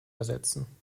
ersetzen